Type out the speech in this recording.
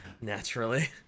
Naturally